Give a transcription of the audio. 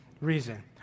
reason